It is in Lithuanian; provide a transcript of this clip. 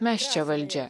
mes čia valdžia